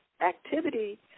activity